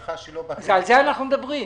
על זה אנחנו מדברים.